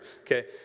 okay